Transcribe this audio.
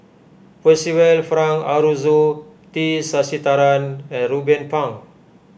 Percival Frank Aroozoo T Sasitharan and Ruben Pang